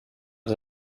het